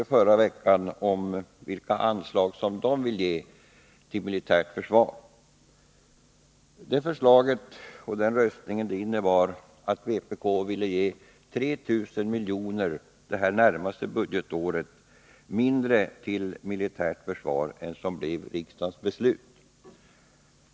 Men förra veckan röstade vpk för de anslag man då ville ge till militärt försvar, och de innebar att vpk för det kommande budgetåret ville anslå 3 000 miljoner mindre än det som blev riksdagens beslut.